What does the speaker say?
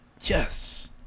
yes